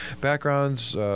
backgrounds